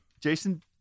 Jason